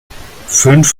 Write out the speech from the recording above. fünf